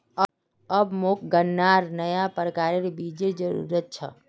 अब मोक गन्नार नया प्रकारेर बीजेर जरूरत छ